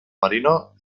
marino